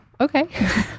okay